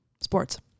sports